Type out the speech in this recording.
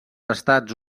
estats